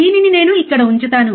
దీనిని నేను ఇక్కడ ఉంచుతాను